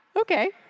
okay